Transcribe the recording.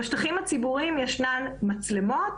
בשטחים הציבוריים ישנן מצלמות,